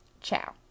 Ciao